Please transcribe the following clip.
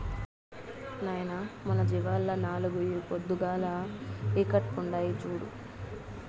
నాయనా మన జీవాల్ల నాలుగు ఈ పొద్దుగాల ఈకట్పుండాయి చూడు